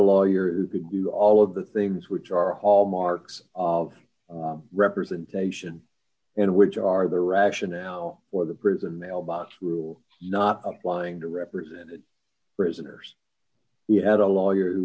lawyer who could do all of the things which are hallmarks of representation and which are the rationale for the prison mailbox rule not applying to represent prisoners you had a lawyer who